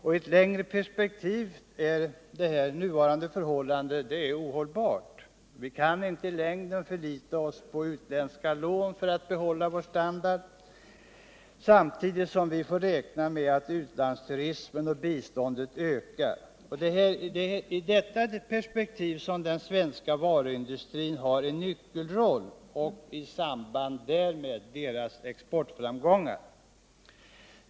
I ett längre perspektiv är det nuvarande förhållandet ohållbart. Vi kan inte i längden förlita oss på utländska län för att behålla vår standard, samtidigt som vi får räkna med att utlandsturismen och biståndet ökar. Det är i detta perspektiv som den svenska varuindustrin har en nyckelroll och i samband därmed dess exportframgångar.